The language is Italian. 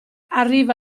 arriva